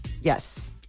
Yes